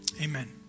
Amen